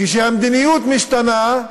כשהמדיניות משתנה,